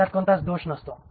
त्यात कोणताच दोष नसतो